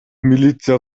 милиция